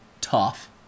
tough